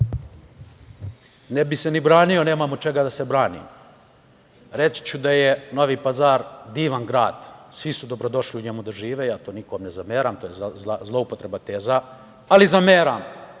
Ne bih se ni branio, nemam od čega da se branim. Reći ću da je Novi Pazar divan grad. Svi su dobrodošli u njemu da žive. Ja to nikome ne zameram. To je zloupotreba teza. Ali, zameram